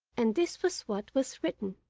and this was what was written